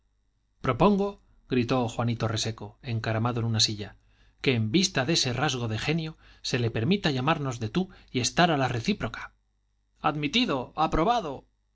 copas propongo gritó juanito reseco encaramado en una silla que en vista de ese rasgo de genio se le permita llamarnos de tú y estar a la recíproca admitido aprobado